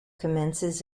commences